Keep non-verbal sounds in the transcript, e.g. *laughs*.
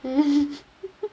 mm *laughs*